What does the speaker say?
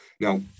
Now